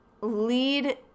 lead